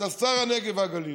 אתה שר הנגב והגליל.